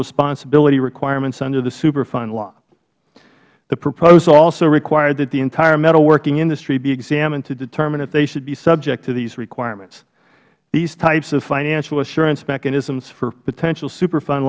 responsibility requirements under the superfund law the proposal also required that the entire metalworking industry be examined to determine if they should be subject to these requirements these types of financial assurance mechanisms for potential superfun